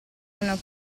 una